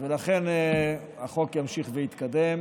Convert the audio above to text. לכן החוק ימשיך ויתקדם.